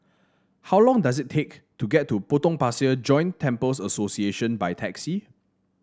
how long does it take to get to Potong Pasir Joint Temples Association by taxi